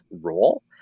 role